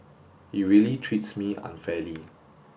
he really treats me unfairly